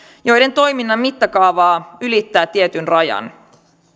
joiden toiminnan mittakaava ylittää tietyn rajan